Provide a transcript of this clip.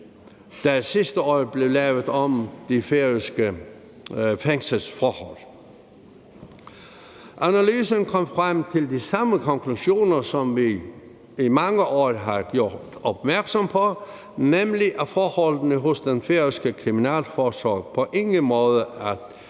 der sidste år blev lavet om de færøske fængselsforhold. Analysen kom frem til de samme konklusioner, som vi i mange år har gjort opmærksom på, nemlig at forholdene hos den færøske kriminalforsorg på ingen måde er